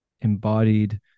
embodied